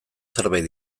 zerbait